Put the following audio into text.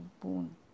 boon